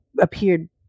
appeared